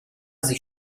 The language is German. sich